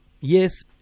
Yes